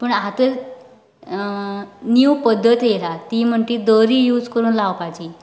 पूण आतां नीव पद्दत येला ती म्हणटा ती दोरी यूज करून लावपाची